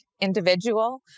individual